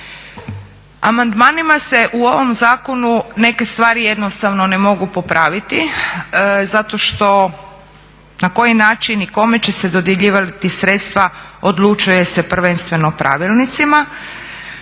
Amandmanima se u ovom zakonu neke stvari jednostavno ne mogu popraviti zato što na koji način i kome će se dodjeljivati sredstva odlučuje se prvenstveno pravilnicima.